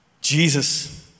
Jesus